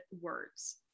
words